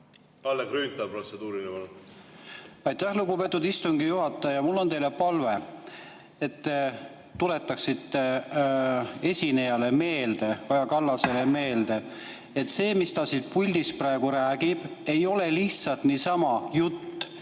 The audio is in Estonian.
Kalle Grünthal, protseduuriline, palun! Aitäh, lugupeetud istungi juhataja! Mul on teile palve, et te tuletaksite esinejale, Kaja Kallasele meelde, et see, mis ta siin puldis praegu räägib, ei ole lihtsalt niisama jutt.